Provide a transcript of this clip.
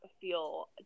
feel